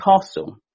Castle